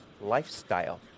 lifestyle